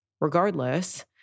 Regardless